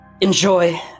Enjoy